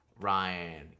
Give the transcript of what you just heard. Ryan